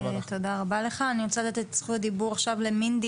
בבקשה, מינדי